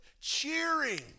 cheering